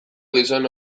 gizon